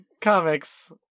comics